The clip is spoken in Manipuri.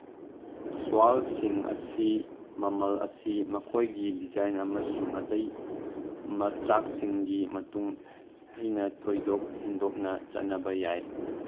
ꯁ꯭ꯋꯥꯜꯁꯤꯡ ꯑꯁꯤ ꯃꯃꯜ ꯑꯁꯤ ꯃꯈꯣꯏꯒꯤ ꯗꯤꯖꯥꯏꯟ ꯑꯃꯁꯨꯡ ꯑꯇꯩ ꯃꯆꯥꯛꯁꯤꯡꯒꯤ ꯃꯇꯨꯡꯏꯟꯅ ꯊꯣꯏꯗꯣꯛ ꯍꯦꯟꯗꯣꯛꯅ ꯆꯠꯅꯕ ꯌꯥꯏ